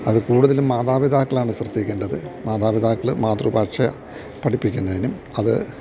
അതു കൂടുതലും മാതാപിതാക്കളാണു ശ്രദ്ധിക്കേണ്ടത് മാതാപിതാക്കള് മാതൃഭാഷ പഠിപ്പിക്കുന്നതിനും അത്